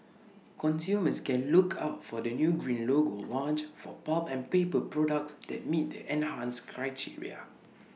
consumers can look out for the new green logo launched for pulp and paper products that meet the enhanced criteria